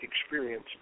experience